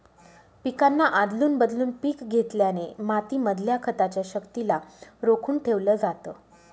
पिकांना आदलून बदलून पिक घेतल्याने माती मधल्या खताच्या शक्तिला रोखून ठेवलं जातं